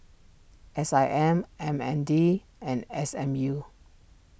S I M M N D and S M U